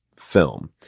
film